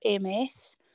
MS